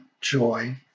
joy